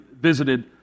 visited